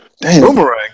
boomerang